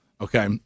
Okay